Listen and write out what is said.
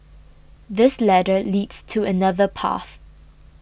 this ladder leads to another path